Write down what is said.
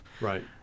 Right